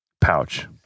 pouch